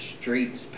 streets